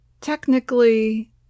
technically